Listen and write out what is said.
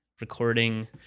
recording